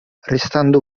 restando